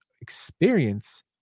experience